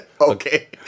Okay